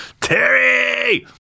Terry